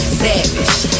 savage